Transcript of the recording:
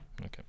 Okay